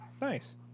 nice